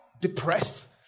depressed